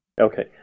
Okay